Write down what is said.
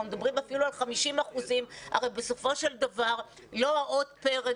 פה מדברים אפילו על 50%. הרי בסופו של דבר לא עוד פרק